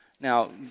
Now